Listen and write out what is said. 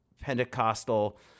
Pentecostal